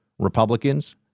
Republicans